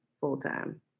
full-time